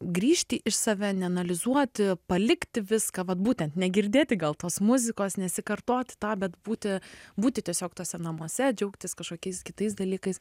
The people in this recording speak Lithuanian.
grįžti į save neanalizuoti palikti viską vat būtent negirdėti gal tos muzikos nesikartoti tą bet būti būti tiesiog tuose namuose džiaugtis kažkokiais kitais dalykais